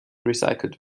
recycelt